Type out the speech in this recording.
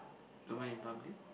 don't mind in public